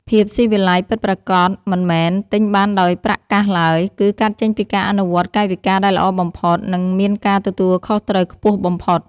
ភាពស៊ីវិល័យពិតប្រាកដមិនមែនទិញបានដោយប្រាក់កាសឡើយ គឺ កើតចេញពីការអនុវត្តកាយវិការដែលល្អបំផុត និង មានការទទួលខុសត្រូវខ្ពស់បំផុត។